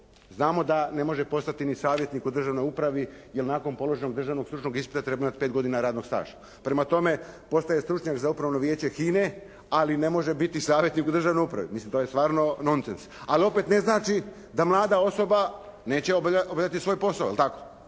Znamo da ne može postati ni savjetnik u državnoj upravi, jer nakon položenog državnog stručnog ispita treba imati pet godina radnog staža. Prema tome postaje stručnjak za Upravno vijeće HINA-e ali ne može biti savjetnik u državnoj upravi, mislim to je stvarno nonsens. Ali opet ne znači da mlada osoba neće obavljati svoj posao, jel' tako.